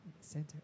Center